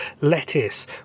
lettuce